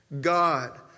God